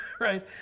right